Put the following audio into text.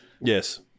Yes